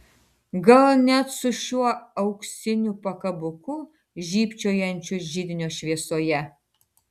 gal net su šiuo auksiniu pakabuku žybčiojančiu židinio šviesoje